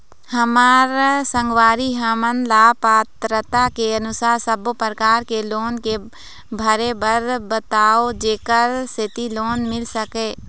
हमर संगवारी हमन ला पात्रता के अनुसार सब्बो प्रकार के लोन के भरे बर बताव जेकर सेंथी लोन मिल सकाए?